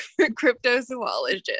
cryptozoologist